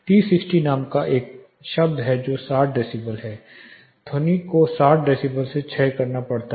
T 60 नामक एक शब्द है जो 60 डेसिबल है ध्वनि को 60 डेसिबल से क्षय करना पड़ता है